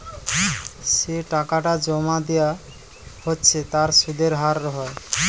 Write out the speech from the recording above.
যে টাকাটা জোমা দিয়া হচ্ছে তার সুধের হার হয়